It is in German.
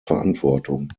verantwortung